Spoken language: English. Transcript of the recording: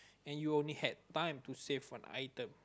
and you only had time to save one item